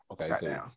Okay